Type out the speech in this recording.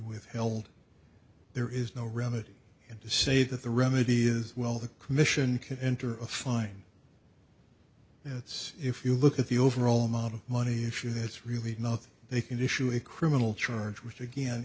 withheld there is no remedy and to say that the remedy is well the commission could enter a fine it's if you look at the overall amount of money issue that's really nothing they can issue a criminal charge which again